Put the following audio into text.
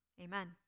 amen